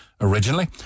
originally